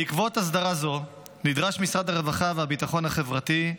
בעקבות הסדרה זו נדרש משרד הרווחה והביטחון החברתי,